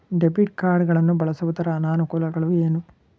Debit card ಗಳನ್ನು ಬಳಸುವುದರ ಅನಾನುಕೂಲಗಳು ಏನು?